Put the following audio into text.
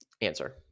Answer